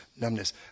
numbness